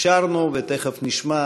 אישרנו, ותכף נשמע